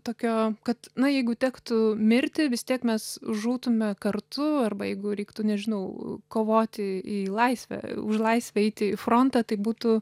tokio kad na jeigu tektų mirti vis tiek mes žūtume kartu arba jeigu reiktų nežinau kovoti į laisvę už laisvę eiti į frontą tai būtų